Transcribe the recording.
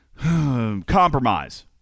compromise